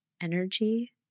energy